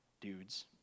dudes